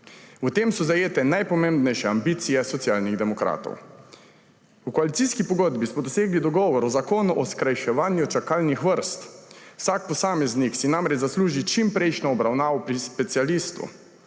V tem so zajete najpomembnejše ambicije Socialnih demokratov. V koalicijski pogodbi smo dosegli dogovor o zakonu o skrajševanju čakalnih vrst. Vsak posameznik si namreč zasluži čimprejšnjo obravnavo pri specialistu.